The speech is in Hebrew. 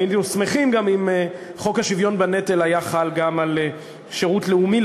היינו שמחים אם גם חוק השוויון בנטל היה מחיל גם שירות לאומי,